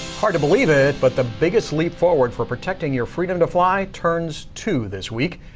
hard to believe it, but the biggest leap forward for protecting your freedom to fly turns to this week.